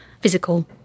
physical